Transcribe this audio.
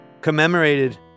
commemorated